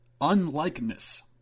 unlikeness